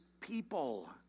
people